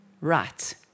Right